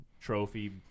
trophy